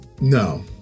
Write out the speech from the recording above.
No